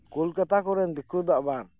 ᱠᱳᱞᱠᱟᱛᱟ ᱠᱚᱨᱮᱱ ᱫᱮᱠᱳ ᱫᱚ ᱟᱵᱟᱨ